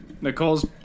nicole's